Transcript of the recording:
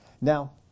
Now